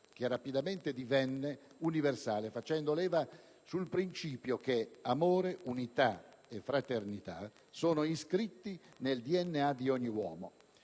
che rapidamente divenne universale, facendo leva sul principio che amore, unità e fraternità sono iscritti nel DNA di ogni uomo.